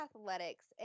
Athletics